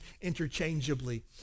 interchangeably